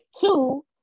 Two